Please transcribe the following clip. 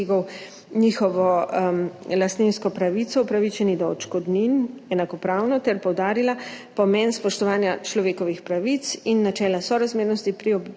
njihovo lastninsko pravico upravičeni do odškodnin enakopravno, ter poudarila pomen spoštovanja človekovih pravic in načela sorazmernosti pri uporabi,